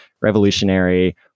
revolutionary